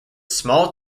small